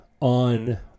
on